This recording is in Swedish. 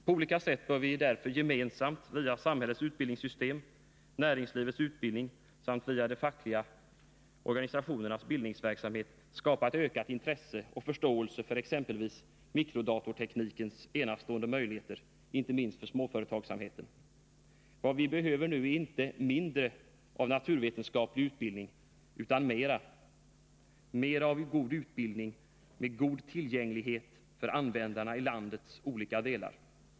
På olika sätt bör vi därför gemensamt — via samhällets utbildningssystem, näringslivets utbildning samt via de fackliga organisationernas bildningsverksamhet — skapa ökat intresse och förståelse för exempelvis mikrodatorteknikens enastående möjligheter, inte minst för småföretagsamheten. Vad vi behöver är inte mindre av naturvetenskaplig utbildning utan mera — mera av en god utbildning med god tillgänglighet för användarna i landets olika delar.